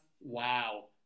Wow